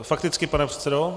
Fakticky, pane předsedo?